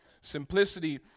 Simplicity